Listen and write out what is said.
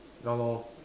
ya lor